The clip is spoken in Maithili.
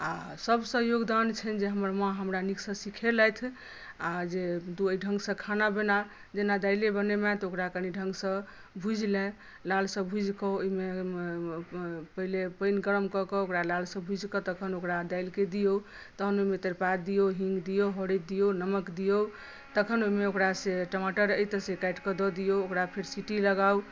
आ सभसँ योगदान छनि जे हमर माँ हमरा नीकसँ सिखेलथि आ जे तू एहिठामसँ खाना बना जेना दालिए बनेमे तऽ ओकरा कनि ढङ्गसँ भुजि ले लालसँ भूजि कऽ ओहिमे पहिने पानि गर्म कऽ कऽ ओकरा लालसँ भूजि कऽ तहन ओकरा दालिकेँ दियौ तखन ओहिमे तेजपात दियौ हीङ्ग दियौ हरदि दियौ नमक दियौ तखन ओहिमे से ओकरा से टमाटर अइ तऽ से काटिकऽ दऽ दियौ ओकरा फेर सीटी लगाउ